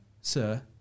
sir